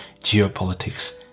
geopolitics